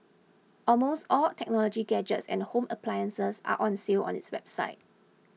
almost all technology gadgets and home appliances are on sale on its website